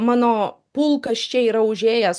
mano pulkas čia yra užėjęs